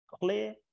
clear